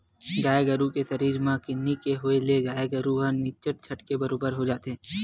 गाय गरु के सरीर म किन्नी के होय ले गाय गरु ह निच्चट झटके बरोबर हो जाथे